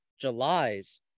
July's